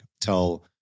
tell